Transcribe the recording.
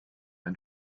ein